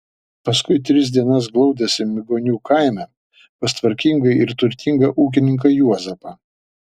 paskui tris dienas glaudėsi migonių kaime pas tvarkingą ir turtingą ūkininką juozapą